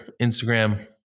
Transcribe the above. instagram